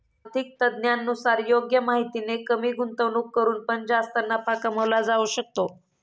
आर्थिक तज्ञांनुसार योग्य माहितीने कमी गुंतवणूक करून पण जास्त नफा कमवला जाऊ शकतो